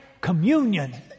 communion